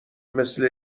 مثل